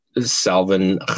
Salvin